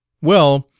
well,